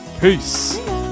peace